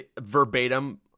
verbatim